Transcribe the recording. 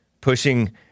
Pushing